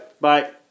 Bye